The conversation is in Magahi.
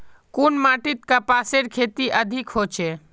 कुन माटित कपासेर खेती अधिक होचे?